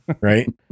Right